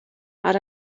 had